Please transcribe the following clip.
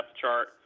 chart